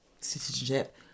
citizenship